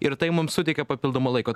ir tai mums suteikia papildomo laiko